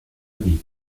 aviv